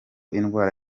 indwara